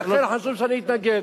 לכן חשוב שאני אתנגד.